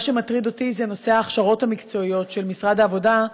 מה שמטריד אותי זה נושא ההכשרות המקצועיות של משרד העבודה,